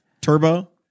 Turbo